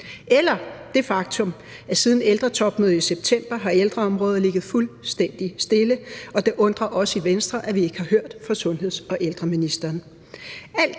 eller det faktum, at siden ældretopmødet i september har ældreområdet ligget fuldstændig stille, og det undrer os i Venstre, at vi ikke har hørt fra sundheds- og ældreministeren.